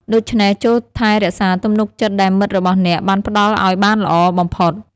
ដូច្នេះ ចូរថែរក្សាទំនុកចិត្តដែលមិត្តរបស់អ្នកបានផ្តល់ឱ្យបានល្អបំផុត។